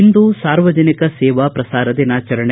ಇಂದು ಸಾರ್ವಜನಿಕ ಸೇವಾ ಪ್ರಸಾರ ದಿನಾಚರಣೆ